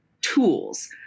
tools